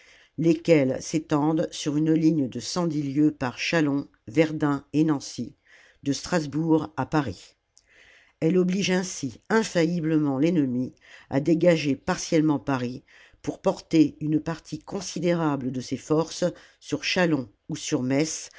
lesquelles étendent sur une ligne de lieues par châlons verdun et nancy de strasbourg à paris elle oblige ainsi infailliblement l'ennemi à dégager partiellement paris pour porter une partie considérable de ses forces sur châlons ou sur